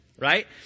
right